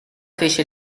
fece